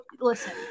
listen